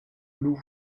loup